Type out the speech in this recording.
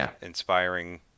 inspiring